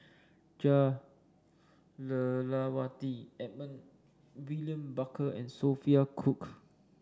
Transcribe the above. Jah Lelawati Edmund William Barker and Sophia Cooke